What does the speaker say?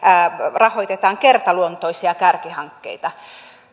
rahoitetaan kertaluontoisia kärkihankkeita